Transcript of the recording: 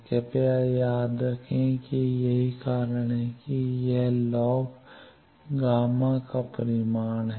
कृपया याद रखें कि यही कारण है कि यह लॉग Γ1 का परिमाण है